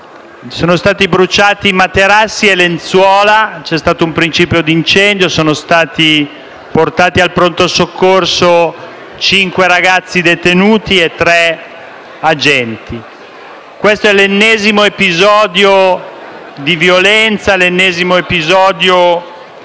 Sono stati bruciati materassi e lenzuola; c'è stato un principio di incendio. Sono stati portati al pronto soccorso cinque ragazzi detenuti e tre agenti. Si tratta dell'ennesimo episodio di violenza, l'ennesimo che si